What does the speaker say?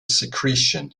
secretion